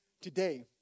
today